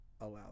allow